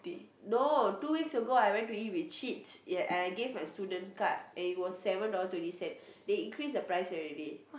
no two weeks ago I went to eat with I give my student card and it was seven dollar twenty cent they increase the price already